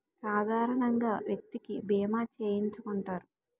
సాధారణంగా వ్యక్తికి బీమా చేయించుకుంటారు